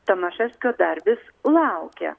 tamaševskio dar vis laukia